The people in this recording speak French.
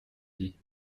dit